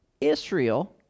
Israel